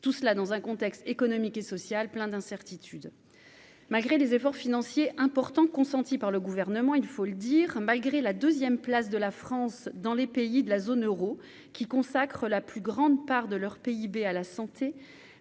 tout cela dans un contexte économique et social, plein d'incertitudes, malgré des efforts financiers importants consentis par le gouvernement, il faut le dire, malgré la 2ème place de la France dans les pays de la zone Euro qui consacrent la plus grande part de leur PIB à la santé,